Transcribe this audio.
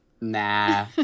Nah